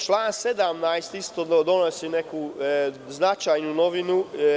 Član 7. isto donosi značajnu novinu.